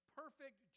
perfect